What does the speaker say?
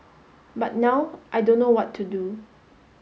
but now I don't know what to do